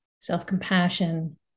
self-compassion